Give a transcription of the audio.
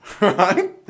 Right